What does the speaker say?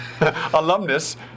Alumnus